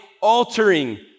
altering